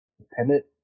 dependent